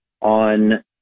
On